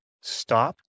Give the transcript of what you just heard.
stop